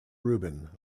rubin